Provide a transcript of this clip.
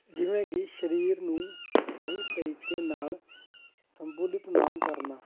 ਜਿਵੇਂ ਕਿ ਸਰੀਰ ਨੂੰ ਸਹੀ ਤਰੀਕੇ ਨਾਲ ਸੰਬੁਲਿਤ ਨਾ ਕਰਨਾ